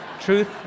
truth